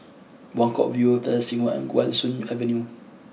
Buangkok View Plaza Singapura and Guan Soon Avenue